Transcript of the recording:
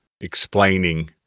explaining